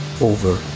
Over